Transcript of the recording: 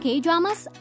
K-dramas